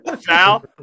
Sal